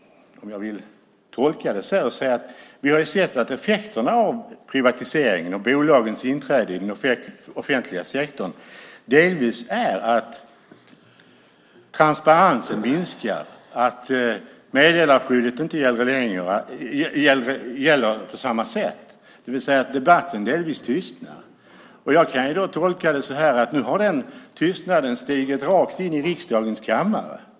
Vi har sett att effekterna av privatiseringen och bolagens inträde i den offentliga sektorn delvis är att transparensen minskar och att meddelarskyddet inte gäller på samma sätt, det vill säga att debatten delvis tystnar. Jag kan tolka detta så att nu har den tystnaden stigit rakt in i riksdagens kammare.